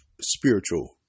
spiritual